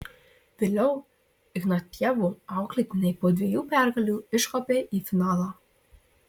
vėliau ignatjevo auklėtiniai po dviejų pergalių iškopė į finalą